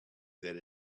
that